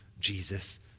Jesus